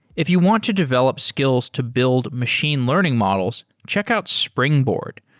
if you want to develop skills to build machine learning models, check out springboard.